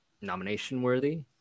nomination-worthy